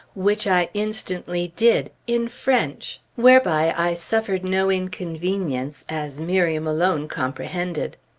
which i instantly did, in french, whereby i suffered no inconvenience, as miriam alone comprehended.